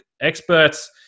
experts